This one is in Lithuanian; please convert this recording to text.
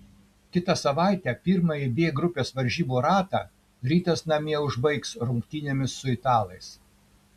kitą savaitę pirmąjį b grupės varžybų ratą rytas namie užbaigs rungtynėmis su italais